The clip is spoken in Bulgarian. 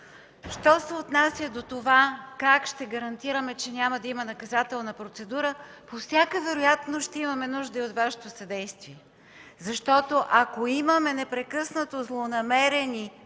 Що се отнася до това: как ще гарантираме, че няма да има наказателна процедура? По всяка вероятност ще имаме нужда и от Вашето съдействие. Защото, ако имаме непрекъснато злонамерени